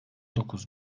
dokuz